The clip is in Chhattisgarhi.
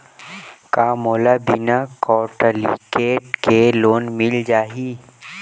का मोला बिना कौंटलीकेट के लोन मिल जाही?